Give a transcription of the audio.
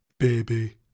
baby